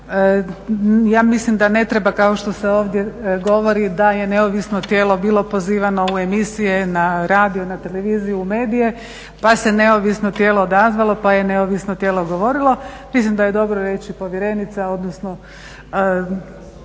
Ja mislim da ne treba kao što se ovdje govori da je neovisno tijelo bilo pozivano u emisije, na radio, na televiziju, u medije pa se neovisno tijelo odazvalo, pa je neovisno tijelo govorilo. Mislim da je dobro reći povjerenica, odnosno